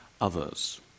others